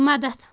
مدد